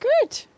good